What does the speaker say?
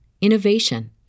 innovation